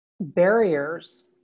barriers